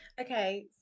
Okay